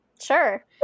sure